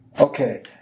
Okay